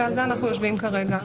אנחנו כרגע יושבים.